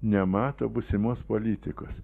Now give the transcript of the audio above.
nemato būsimos politikos